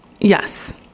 Yes